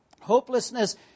hopelessness